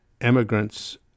immigrants